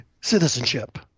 citizenship